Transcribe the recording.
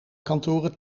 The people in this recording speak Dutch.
kantoren